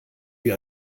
wie